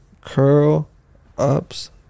Curl-ups